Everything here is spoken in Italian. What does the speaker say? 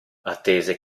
attese